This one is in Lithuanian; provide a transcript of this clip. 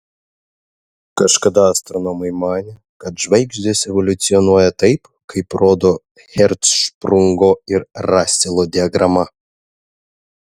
kažkada astronomai manė kad žvaigždės evoliucionuoja taip kaip rodo hercšprungo ir raselo diagrama